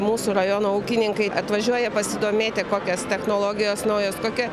mūsų rajono ūkininkai atvažiuoja pasidomėti kokios technologijos naujos kokia